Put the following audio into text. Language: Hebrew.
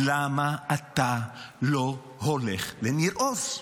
למה אתה לא הולך לניר עוז?